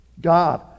God